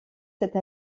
cette